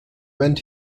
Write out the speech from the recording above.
went